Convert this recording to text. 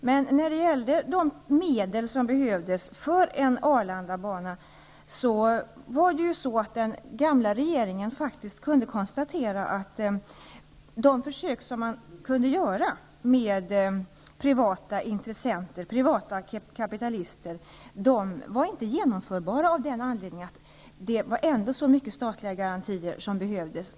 Men när det gäller de medel som behövdes för en Arlandabana kunde den gamla regeringen konstatera, att de försök som kunde göras med privata intressenter, kapitalister, inte var genomförbara på grund av att statliga garantier ändå behövdes.